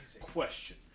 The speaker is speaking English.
Question